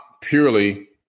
purely